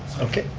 okay,